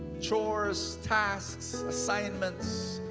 chores, tasks, assignments,